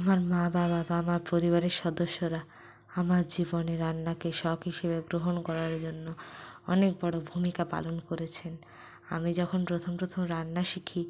আমার মা বাবা বা আমার পরিবারের সদস্যরা আমার জীবনে রান্নাকে শখ হিসেবে গ্রহণ করার জন্য অনেক বড়ো ভূমিকা পালন করেছেন আমি যখন প্রথম প্রথম রান্না শিখি